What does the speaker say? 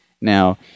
Now